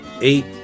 eight